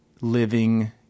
living